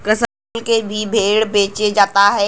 कसाई कुल के भी भेड़ बेचे जात हौ